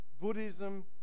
Buddhism